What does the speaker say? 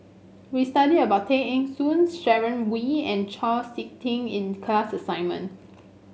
we study about Tay Eng Soon Sharon Wee and Chau SiK Ting in class assignment